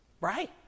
Right